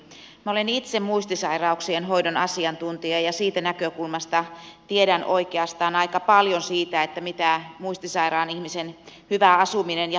minä olen itse muistisairauksien hoidon asiantuntija ja siitä näkökulmasta tiedän oikeastaan aika paljon siitä mitä muistisairaan ihmisen hyvä asuminen ja hoito on